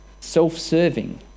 self-serving